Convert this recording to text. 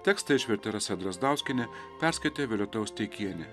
tekstą išvertė rasa drazdauskienė perskaitė violeta osteikienė